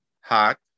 hot